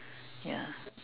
ya